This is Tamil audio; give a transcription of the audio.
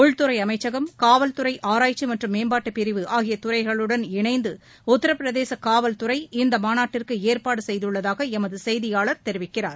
உள்துறை அமைச்சகம் காவல்துறை ஆராய்ச்சி மற்றும் மேம்பாட்டு பிரிவு ஆகிய துறைகளுடன் இணைந்து உத்தரப்பிரதேச காவல்துறை இம்மாநாட்டிற்கு ஏற்பாடு செய்துள்ளதாக எமது செய்தியாளர் தெரிவிக்கிறார்